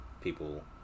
people